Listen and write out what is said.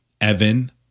Evan